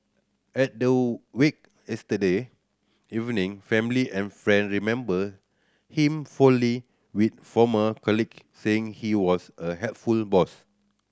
at the wake yesterday evening family and friends remembered him fondly with former colleagues saying he was a helpful boss